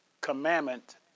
commandment